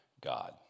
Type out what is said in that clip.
God